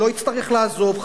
שלא יצטרך לעזוב,